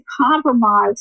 compromise